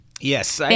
Yes